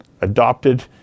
adopted